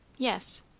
yes.